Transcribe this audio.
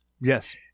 Yes